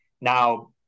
Now